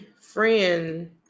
friend